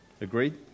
Agreed